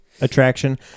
attraction